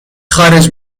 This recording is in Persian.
خارج